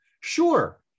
Sure